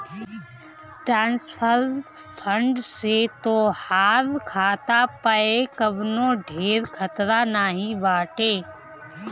transfer fund से तोहार खाता पअ कवनो ढेर खतरा नाइ बाटे